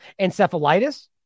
encephalitis